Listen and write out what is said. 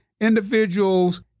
individuals